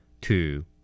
two